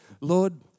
Lord